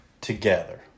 together